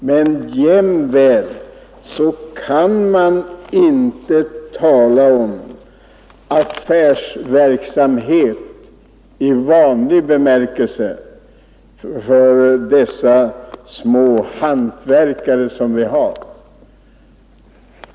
Man kan inte tala om affärsverksamhet i vanlig bemärkelse för de små hantverkare som vi har.